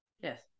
Yes